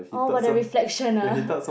oh but the reflection ah